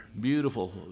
Beautiful